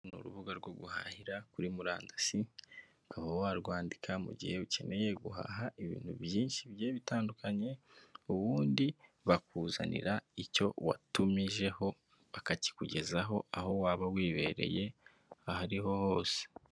Ni urubuga rwo guhahira kuri murandasi, ukaba warwandika mu gihe ukeneye guhaha ibintu byinshi bigiye bitandukanye, ubundi bakuzanira icyo watumijeho bakakikugezaho aho waba wibereye aho ari ho hose.